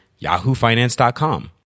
yahoofinance.com